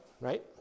right